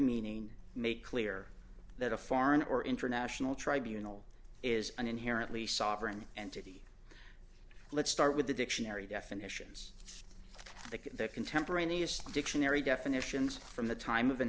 meaning make clear that a foreign or international tribunal is an inherently sovereign entity let's start with the dictionary definitions that contemporaneous dictionary definitions from the time of an